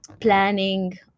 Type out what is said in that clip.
planning